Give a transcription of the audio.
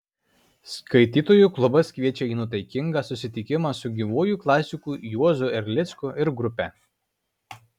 skaitytojų klubas kviečia į nuotaikingą susitikimą su gyvuoju klasiku juozu erlicku ir grupe